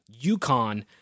UConn